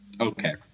okay